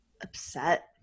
upset